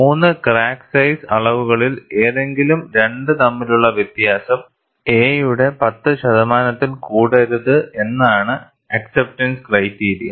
3 crack size അളവുകളിൽ ഏതെങ്കിലും 2 തമ്മിലുള്ള വ്യത്യാസം a യുടെ 10 ശതമാനത്തിൽ കൂടരുത് എന്നാണ് അക്സെപ്റ്റൻസ് ക്രൈറ്റീരിയ